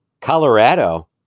Colorado